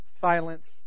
silence